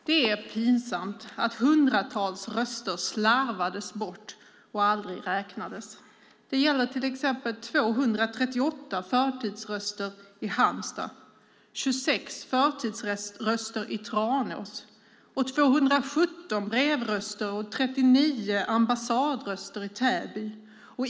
Det är pinsamt att hundratals röster slarvades bort och aldrig räknades. Det gäller till exempel 238 förtidsröster i Halmstad, 26 förtidsröster i Tranås och 217 brevröster och 39 ambassadröster i Täby.